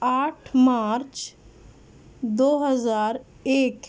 آٹھ مارچ دو ہزار ایک